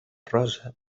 rosa